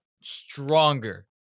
stronger